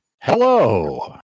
hello